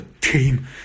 team